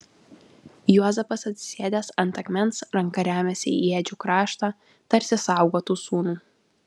juozapas atsisėdęs ant akmens ranka remiasi į ėdžių kraštą tarsi saugotų sūnų